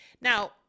now